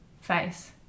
face